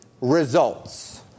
results